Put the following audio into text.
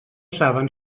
saben